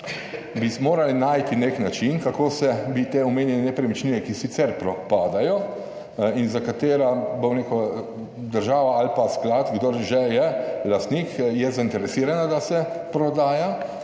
bi morali najti nek način, kako se bi te omenjene nepremičnine, ki sicer propadajo in za katera bom rekel, država ali pa sklad, kdor že je lastnik, je zainteresirana, da se prodaja,